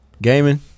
Gaming